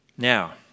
Now